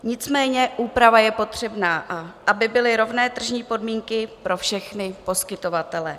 Nicméně úprava je potřebná, aby byly rovné tržní podmínky pro všechny poskytovatele.